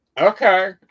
Okay